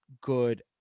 good